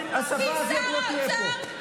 השפה הזאת לא תהיה פה.